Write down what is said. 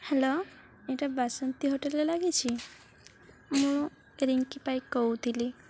hello ଏଇଟା ବାସନ୍ତି ହୋଟେଲ୍ରେ ଲାଗିଛି ମୁଁ ରିଙ୍କି ପାଇକ କହୁଥିଲି